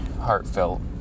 heartfelt